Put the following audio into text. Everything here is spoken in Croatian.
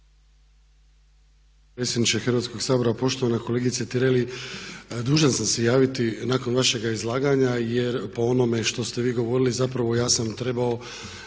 Hrvatskog sabora, poštovana kolegice Tireli dužan sam se javiti nakon vašega izlaganja jer po onome što ste vi govorili zapravo ja sam trebao